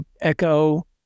echo